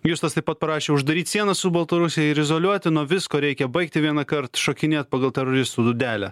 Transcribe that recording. justas taip pat prašė uždaryt sienas su baltarusija ir izoliuoti nuo visko reikia baigti vienąkart šokinėt pagal teroristų dūdelę